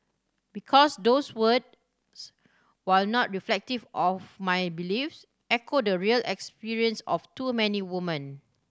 because those words while not reflective of my beliefs echo the real experience of too many woman